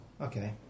Okay